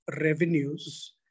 revenues